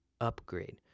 Upgrade